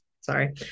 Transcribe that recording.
sorry